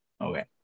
Okay